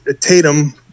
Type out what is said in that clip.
Tatum